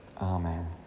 Amen